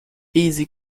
easy